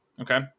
Okay